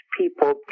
people